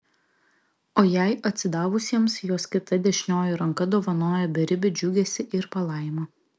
o jai atsidavusiems jos kita dešinioji ranka dovanoja beribį džiugesį ir palaimą